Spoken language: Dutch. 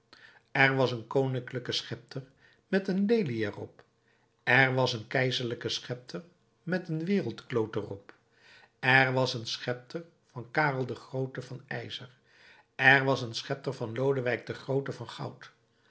er was een koninklijke schepter met een lelie er op er was een keizerlijke schepter met een wereldkloot er op er was een schepter van karel den groote van ijzer er was een schepter van lodewijk den groote van goud